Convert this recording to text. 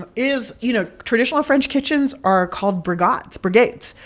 ah is you know, traditional french kitchens are called brigades brigades.